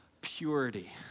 purity